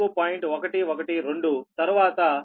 112 తర్వాత α 70